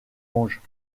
mangent